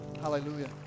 Hallelujah